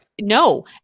No